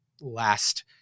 last